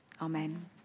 Amen